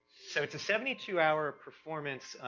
so it's a seventy two hour performance,